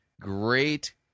great